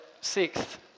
sixth